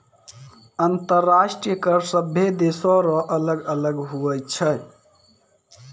अंतर्राष्ट्रीय कर सभे देसो रो अलग अलग हुवै छै